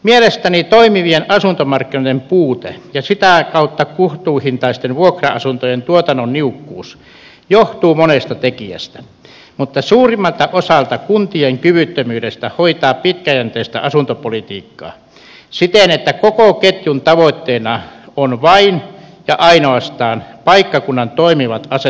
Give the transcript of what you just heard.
mielestäni toimivien asuntomarkkinoiden puute ja sitä kautta kohtuuhintaisten vuokra asuntojen tuotannon niukkuus johtuu monesta tekijästä mutta suurimmalta osalta kuntien kyvyttömyydestä hoitaa pitkäjänteistä asuntopolitiikkaa siten että koko ketjun tavoitteena on vain ja ainoastaan paikkakunnan toimivat asuntomarkkinat